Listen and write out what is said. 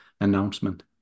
announcement